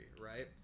right